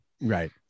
Right